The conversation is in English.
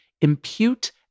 impute